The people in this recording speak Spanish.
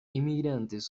inmigrantes